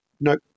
No